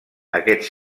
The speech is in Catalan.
aquests